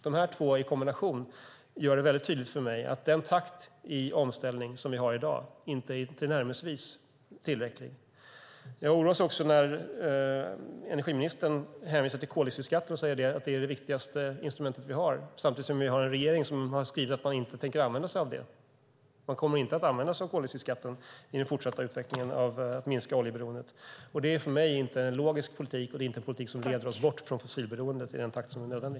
De två i kombination gör det tydligt för mig att den takt i omställningen vi har i dag inte är tillnärmelsevis tillräcklig. Jag blir också orolig när energiministern hänvisar till att koldioxidskatten är det viktigaste instrumentet vi har, samtidigt som regeringen har skrivit att man inte tänker använda sig av koldioxidskatten i den fortsatta utvecklingen av att minska oljeberoendet. Det är för mig inte en logisk politik och inte en politik som leder oss bort från fossilberoendet i den takt som är nödvändig.